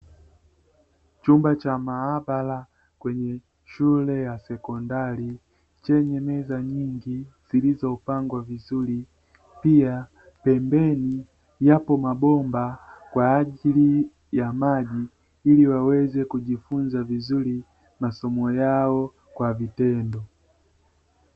Chumba cha maabara kwenye shule ya sekondari, chenye meza nyingi zilizopangwa vizuri. Pia pembeni yapo mabomba kwa ajili ya maji ili waweze kujifunza vizuri masomo yao kwa vitendo.